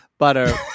Butter